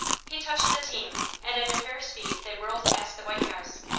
he touched the team and at fair speed they whirled past the white house,